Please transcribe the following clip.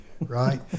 right